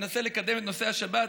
שמנסה לקדם את נושא השבת,